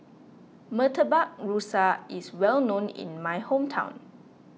Murtabak Rusa is well known in my hometown